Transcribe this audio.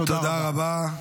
תודה רבה.